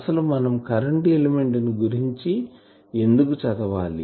అసలు మనం current element గురించి ఎందుకు చదవాలి